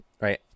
Right